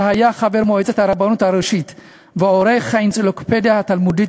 שהיה חבר מועצת הרבנות הראשית ועורך "האנציקלופדיה התלמודית",